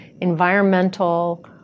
environmental